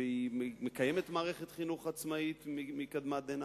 היא מקיימת מערכת חינוך עצמאית מקדמת דנא,